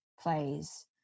plays